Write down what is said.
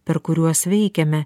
per kuriuos veikiame